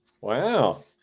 Wow